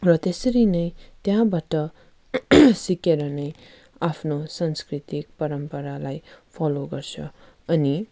र त्यसरी नै त्यहाँबाट सिकेर नै आफ्नो संस्कृतिक परम्परालाई फलो गर्छ अनि